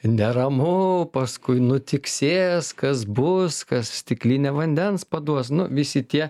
neramu paskui nutiksės kas bus kas stiklinę vandens paduos nu visi tie